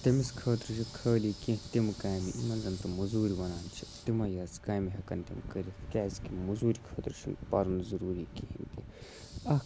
تٔمِس خٲطرٕ چھُ خٲلی کیٚنٛہہ تِم کامہِ یِمَن زَن تٔم مزررۍ وَنان چھِ تِمے یٲژٕ کامہِ ہیکَن تِم کٔرِتھ کیازِ کہِ مزورۍ خٲطرٕ چھُنہٕ پَرُن ضروری کِہیٖنۍ تہِ اَکھ